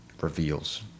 reveals